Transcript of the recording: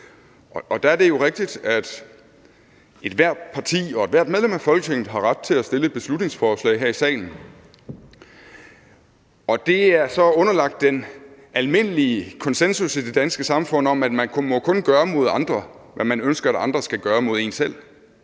Der er det jo rigtigt, at ethvert parti og ethvert medlem af Folketinget har ret til at fremsætte et beslutningsforslag her i salen. Det er så underlagt den almindelige konsensus i det danske samfund om, at man kun må gøre mod andre, hvad man ønsker at andre skal gøre mod en selv.